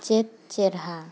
ᱪᱮᱫ ᱪᱮᱨᱦᱟ